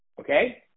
Okay